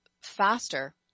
faster